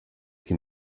can